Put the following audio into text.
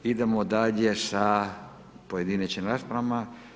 Idemo dalje sa pojedinačnim raspravama.